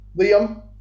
Liam